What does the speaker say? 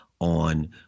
on